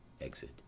Exit